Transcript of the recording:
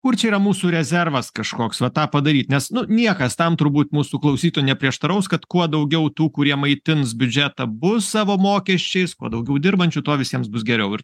kur čia yra mūsų rezervas kažkoks va tą padaryt nes nu niekas tam turbūt mūsų klausytų neprieštaraus kad kuo daugiau tų kurie maitins biudžetą bus savo mokesčiais kuo daugiau dirbančių tuo visiems bus geriau ir